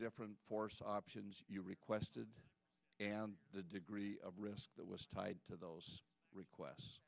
different force options you requested and the degree of risk that was tied to those requests